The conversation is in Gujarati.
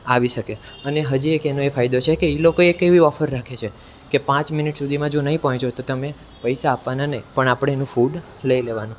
આવી શકે અને હજી એક એનો એ ફાયદો છે કે એ લોકો એક એવી ઓફર રાખે છે કે પાંચ મિનિટ સુધીમા જો નહીં પહોંચ્યું તો તમે પૈસા આપવાના નહીં પણ આપણે એનું ફૂડ લઈ લેવાનું